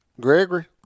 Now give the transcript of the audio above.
Gregory